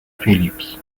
phillips